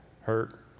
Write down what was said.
Hurt